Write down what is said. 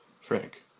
Frank